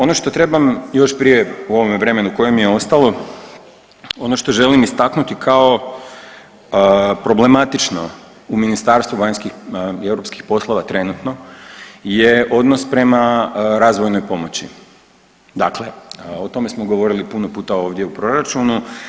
Ono što trebam još prije u ovome vremenu koje mi je ostalo ono što želim istaknuti kao problematično u Ministarstvu vanjskih i europskih poslova trenutno je odnos prema razvojnoj pomoći, dakle o tome smo govorili puno puta ovdje u proračunu.